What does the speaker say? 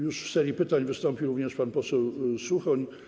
Już w serii pytań wystąpił również pan poseł Suchoń.